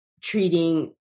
treating